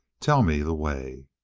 tell me the way